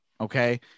Okay